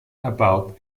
about